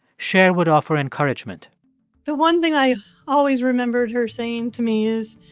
cher would offer encouragement the one thing i always remembered her saying to me is,